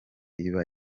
iba